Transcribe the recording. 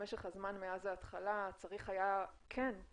כשמך הזמן מאז ההתחלה צריך היה לדעתי